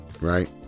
Right